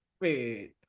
Wait